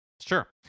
Sure